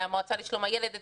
מהמועצה לשלום הילד אתמול,